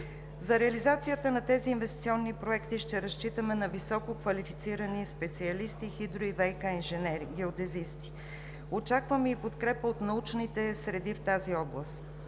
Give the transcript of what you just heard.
За реализацията на тези инвестиционни проекти ще разчитаме на висококвалифицирани специалисти, хидро- и ВиК инженери, геодезисти. Очакваме и подкрепа от научните среди в тази област.